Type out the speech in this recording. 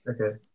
Okay